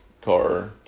car